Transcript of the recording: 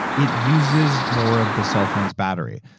it uses more of the cell phone's battery.